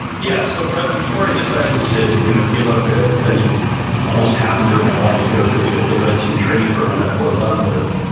yeah, so brett, before i decided to you know give up ah an almost half a year of my life to go through the the red team training program at fort leavenworth,